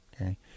Okay